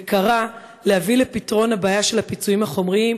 וקרא "להביא לפתרון הבעיה של הפיצויים החומריים",